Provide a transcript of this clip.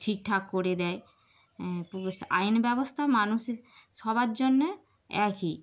ঠিকঠাক করে দেয় আইন ব্যবস্থা মানুষের সবার জন্যে একই